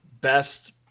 best